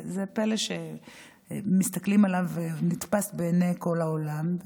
זה פלא שמסתכלים עליו ונתפס בעיני כל העולם,